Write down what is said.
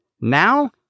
Now